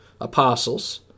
apostles